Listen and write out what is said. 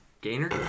Gainer